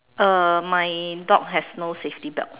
uh my dog has no safety belt